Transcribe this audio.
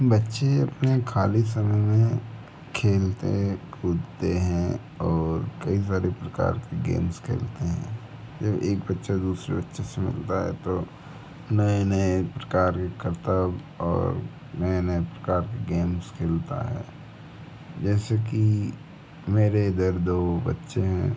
बच्चे अपने खाली समय में खेलते कूदते हैं और कई सारी प्रकार की गेम्स खेलते हैं जब एक बच्चा दूसरे बच्चे से मिलता है तो नए नए प्रकार के करतब और नए नए प्रकार के गेम्स खेलता है जैसे कि मेरे इधर दो बच्चे हैं